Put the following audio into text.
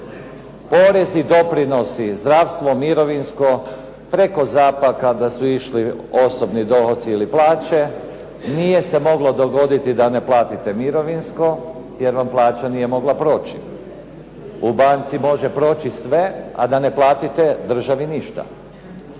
porezi, doprinosi, zdravstvo, mirovinsko preko "ZAP"-a kada su išli osobni dohodci ili plaće nije se moglo dogoditi da ne platite mirovinsko jer vam plaća nije mogla proći. U banci može proći sve, a da ne platite državi ništa.